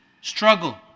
struggle